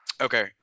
Okay